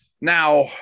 Now